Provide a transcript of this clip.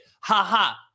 Ha-ha